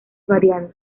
variados